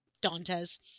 Dantes